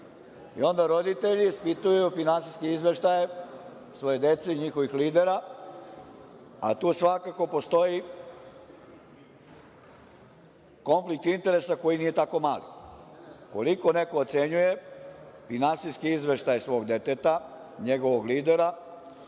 i onda roditelji ispituju finansijske izveštaje svoje dece i njihovih lidera, a tu svakako postoji konflikt interesa koji nije tako mali. Ukoliko neko ocenjuje finansijski izveštaj svog deteta, njegovog lidera,